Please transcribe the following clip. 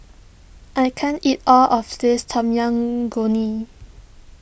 I can't eat all of this Tom Yam